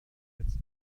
jetzt